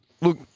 Look